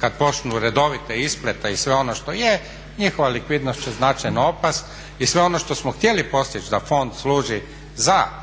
kad počnu redovite isplate i sve ono što je, njihova likvidnost će značajno opasti i sve ono što smo htjeli postići da fond služi za